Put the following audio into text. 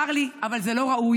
צר לי, אבל זה לא ראוי,